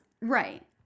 Right